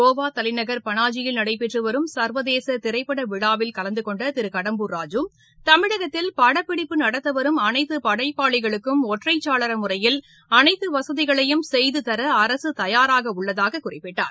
கோவா தலைநகர் பனாஜியில் நடைபெற்று வரும் சர்வதேச திரைப்பட விழாவில் கலந்துகொண்ட திரு கடம்பூர் ராஜு தமிழகத்தில் படப்பிடிப்பு நடத்தவரும் அனைத்து படைப்பாளிகளுக்கும் ஒற்றைச்சாளர முறையில் அனைத்து வசதிகளையும் செய்துதர அரசு தயாராக உள்ளதாகக் குறிப்பிட்டார்